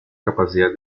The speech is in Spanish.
capacidad